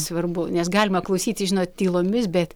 svarbu nes galima klausyti žinot tylomis bet